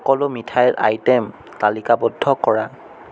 সকলো মিঠাইৰ আইটে'ম তালিকাবদ্ধ কৰা